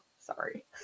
sorry